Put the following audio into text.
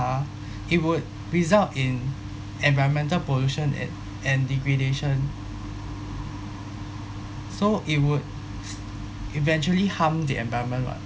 it would result in environmental pollution a~ and degradation so it would eventually harm the environment [what]